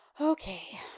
Okay